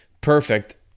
perfect